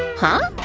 huh?